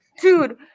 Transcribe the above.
Dude